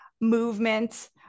movement